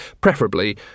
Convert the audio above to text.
preferably